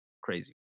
crazy